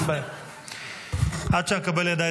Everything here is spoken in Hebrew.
דוח מעניין, שווה לקרוא.